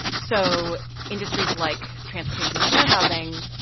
so industries like transportation and warehousing,